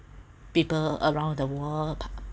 people around the world